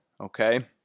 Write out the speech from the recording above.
okay